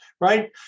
right